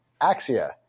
Axia